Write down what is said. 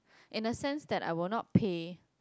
in a sense that I will not pay